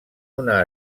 una